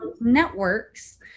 networks